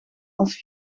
als